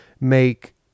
make